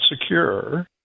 secure